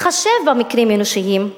יתחשב במקרים אנושיים?